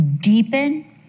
deepen